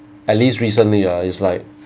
at least recently lah it's like